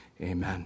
Amen